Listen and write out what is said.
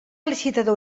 licitador